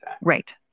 Right